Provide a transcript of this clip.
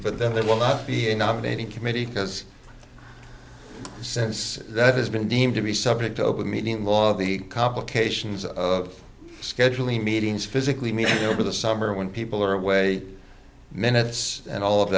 but that will not be a nominating committee because since that has been deemed to be subject to open meetings law the complications of scheduling meetings physically me over the summer when people are away minutes and all of